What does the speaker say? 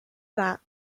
that